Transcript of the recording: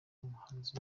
n’umuhanzi